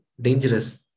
dangerous